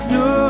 no